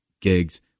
gigs